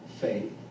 faith